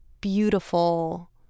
beautiful